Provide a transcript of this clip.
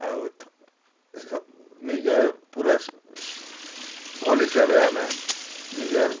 ଆଉ ନିଜର୍ ପୁରା ଭଲ୍ ହିସାବେ ଆମେ ନିଜର୍